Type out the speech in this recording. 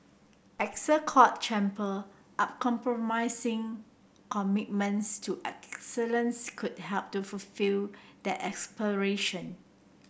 Essex Court Chamber uncompromising commitments to excellence could help to fulfil that aspiration